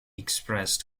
expressed